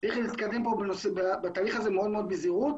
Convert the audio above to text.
צריך להתקדם בתהליך הזה מאוד בזהירות